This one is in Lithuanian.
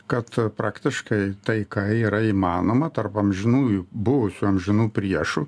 kad praktiškai taika yra įmanoma tarp amžinųjų buvusių amžinų priešų